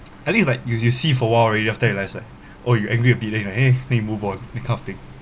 I think like if you see for a while already after you realise right oh you angry a bit then you eh then you move on that kind of thing